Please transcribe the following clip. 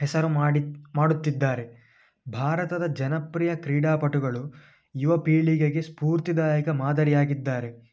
ಹೆಸರು ಮಾಡಿ ಮಾಡುತ್ತಿದ್ದಾರೆ ಭಾರತದ ಜನಪ್ರಿಯ ಕ್ರೀಡಾಪಟುಗಳು ಯುವ ಪೀಳಿಗೆಗೆ ಸ್ಫೂರ್ತಿದಾಯಕ ಮಾದರಿಯಾಗಿದ್ದಾರೆ